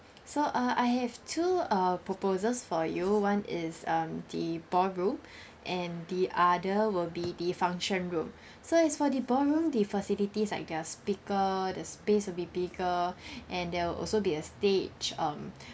so uh I have two uh proposals for you one is um the ballroom and the other will be the function room so as for the ballroom the facilities like the speaker the space will be bigger and there will also be a stage um